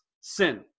sin